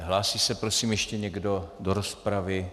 Hlásí se prosím ještě někdo do rozpravy?